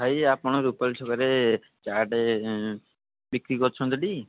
ଭାଇ ଆପଣ ରୁପାଲୀ ଛକରେ ଚାଟ୍ ବିକ୍ରୀ କରୁଛନ୍ତି ଟି